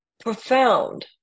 profound